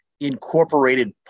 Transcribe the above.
incorporated